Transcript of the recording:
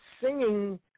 singing